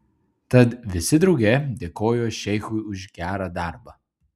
tad visi drauge dėkojo šeichui už gerą darbą